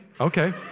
Okay